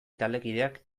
taldekideak